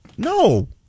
No